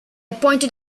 pointed